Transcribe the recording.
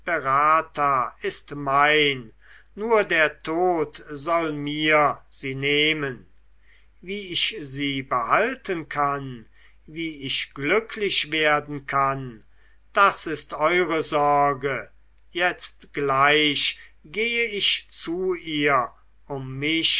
sperata ist mein nur der tod soll mir sie nehmen wie ich sie behalten kann wie ich glücklich werden kann das ist eure sorge jetzt gleich geh ich zu ihr um mich